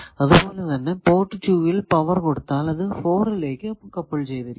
അതുപോലെ തന്നെ പോർട്ട് 2 ൽ പവർ കൊടുത്താൽ അത് 4 ലേക്ക് കപ്പിൾ ചെയ്യുന്നു